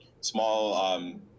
small